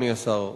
אדוני השר,